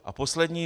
A poslední.